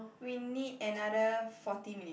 we need another forty minute